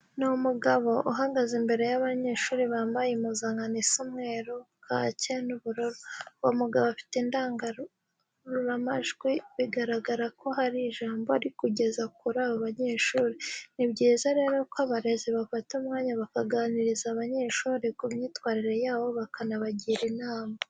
Ni umugabo uhagaze imbere y'abanyeshuri bambaye impuzankano isa umweru, kake n'ubururu. Uwo mugabo afite indangururamajwi bigaragara ko hari ijambo ari kugeza kuri abo banyeshuri. Ni byiza rero ko abarezi bafata umwanya bakaganiriza abanyeshuri ku myitwarire yabo banabagira inama.